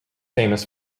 famous